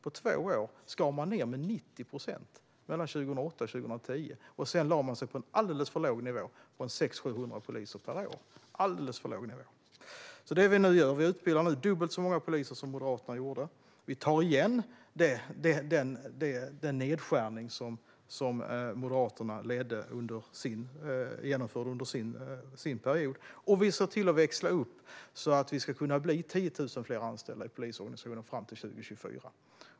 På två år, mellan 2008 och 2010, skar man ned med 90 procent. Sedan lade man sig på en alldeles för låg nivå med 600-700 poliser per år. Det vi nu gör är att vi utbildar dubbelt så många poliser som Moderaterna gjorde. Vi tar igen den nedskärning som Moderaterna genomförde under sin period. Vi ser till att växla upp så att det ska kunna bli 10 000 fler anställda i polisorganisationen fram till 2024.